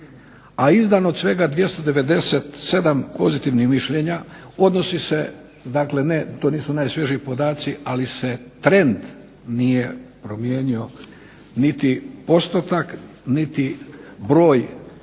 a izdano svega 297 pozitivnih mišljenja odnosi se, dakle ne, to nisu najsvježiji podaci, ali se trend nije promijenio niti postotak, niti broj